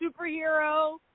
superhero